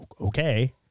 okay